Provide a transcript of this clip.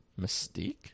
Mystique